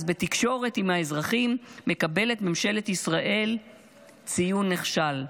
אז בתקשורת עם האזרחים מקבלת ממשלת ישראל ציון נכשל.